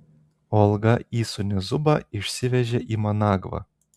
olga įsūnį zubą išsivežė į managvą